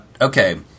Okay